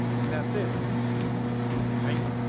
and that's it right